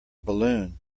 balloon